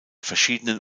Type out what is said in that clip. verschiedenen